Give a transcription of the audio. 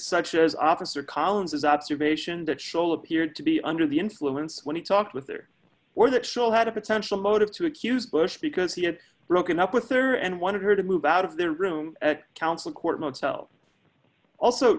such as obvious or collins is observation that show appeared to be under the influence when he talked with her or that show had a potential motive to accuse bush because he had broken up with her and wanted her to move out of their room at council court itself also